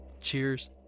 Cheers